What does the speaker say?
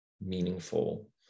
meaningful